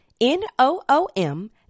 N-O-O-M